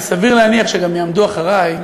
וסביר להניח שגם יעמדו אחרי,